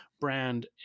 brand